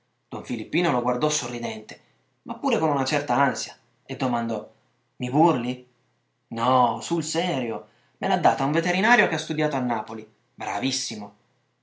don filippino lo guardò sorridente ma pure con una cert'ansia e domandò i burli no sul serio me l'ha data un veterinario che ha studiato a